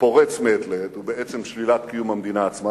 שפורץ מעת לעת הוא בעצם שלילת קיום המדינה עצמה,